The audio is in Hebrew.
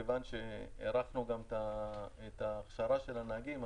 מכיוון שהארכנו גם את ההכשרה של הנהגים,